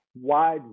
wide